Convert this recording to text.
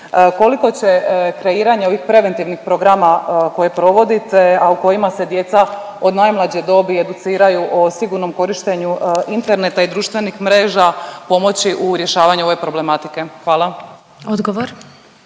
Koliko će kreiranje ovih preventivnih programa koje provodite, a u kojima se djeca od najmlađe dobi educiraju o sigurnom korištenju interneta i društvenih mreža pomoći u rješavanju ove problematike? Hvala.